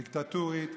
דיקטטורית,